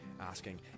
asking